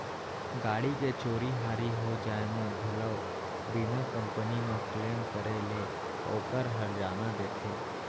गाड़ी के चोरी हारी हो जाय म घलौ बीमा कंपनी म क्लेम करे ले ओकर हरजाना देथे